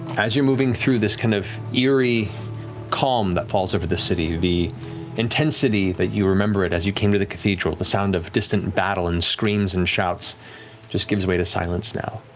as you're moving through, this kind of eerie calm that falls over the city, the intensity that you remember it as you came to the cathedral, the sound of distant battle and screams and shouts just gives way to silence now.